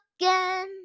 again